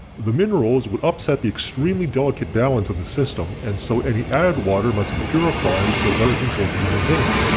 the minerals would upset the extremely delicate balance of the system and so any added water must be purified so better control can be maintained.